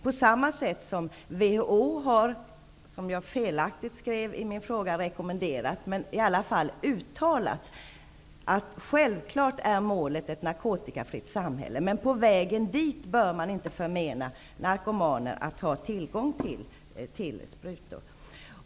WHO har uttalat -- jag använde felaktigt i min fråga ordet rekommenderat -- att målet självfallet är ett narkotikafritt samhälle. På vägen dit bör man inte förmena narkomaner tillgång till sprutor.